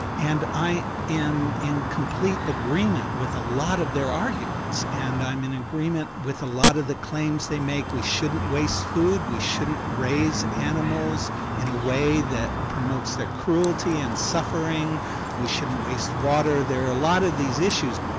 and i am in complete agreement with a lot of their arguments, and i'm in agreement with a lot of the claims they make we shouldn't waste food, we shouldn't raise animals in a way that promotes cruelty and suffering we shouldn't waste water there are a lot of these issues.